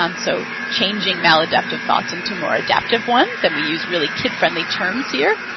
um so changing maladaptive thoughts into more adaptive ones, and we use really kid friendly terms here.